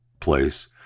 place